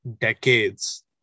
decades